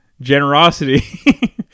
Generosity